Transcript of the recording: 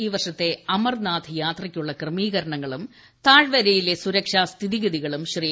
ഈ വർഷത്തെ അമർനാഥ് യാത്രയ്ക്കുള്ള ക്രമീകരണങ്ങളും താഴ്വരയിലെ സുരക്ഷാ സ്ഥിതിഗതിയും ശ്രീ